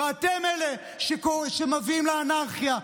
ואתם אלה שמביאים לאנרכיה,